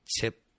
tip